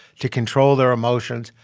to control their emotions,